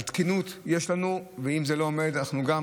על תקינות יש לנו, ואם זה לא עומד, אנחנו גם.